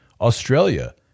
Australia